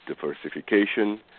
diversification